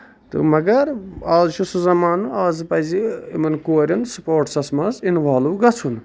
تہٕ مَگر آز چھُ سُہ زَمانہٕ آز پَزِ یِمن کورین سپوٹسس منٛز اِنوالو گژھُن